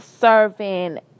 serving